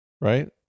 right